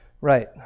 right